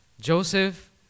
Joseph